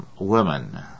Women